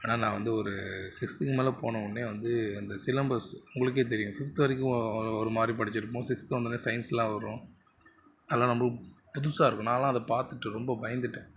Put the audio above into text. ஏன்னால் நான் வந்து ஒரு சிக்ஸ்த்துக்கு மேலே போனவுடனே வந்து அந்த சிலபஸ் உங்களுக்கே தெரியும் ஃபிஃப்த் வரைக்கும் ஒரு மாதிரி படிச்சிட்டுருப்போம் சிக்ஸ்த்து வந்தோடனே சயின்ஸ்லாம் வரும் அதெல்லாம் ரொம்ப புதுசாகருக்கும் நான்லாம் அதை பார்த்துட்டு ரொம்ப பயந்துவிட்டேன்